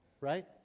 right